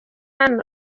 hano